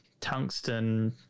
tungsten